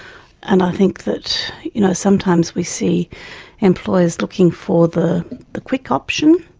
and i think that you know sometimes we see employers looking for the the quick option,